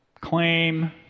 claim